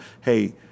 hey